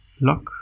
lock